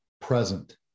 present